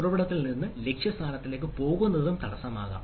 ഉറവിടത്തിൽ നിന്ന് ലക്ഷ്യസ്ഥാനത്തേക്ക് പോകുന്നത് തടസ്സമാകാം